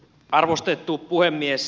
arvostettu puhemies